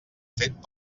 fet